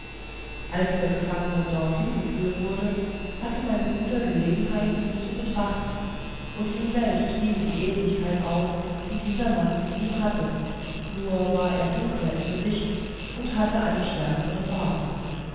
als der gefangene dorthin geführt wurde hatte mein bruder gelegenheit ihn zu betrachten und ihm selbst fiel die ähnlichkeit auf die dieser mann mit ihm hatte nur war er dunkler im gesicht und hatte einen schwärzeren bart